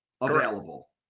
available